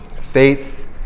Faith